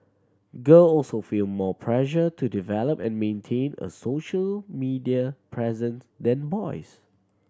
girl also feel more pressure to develop and maintain a social media presence than boys